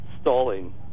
stalling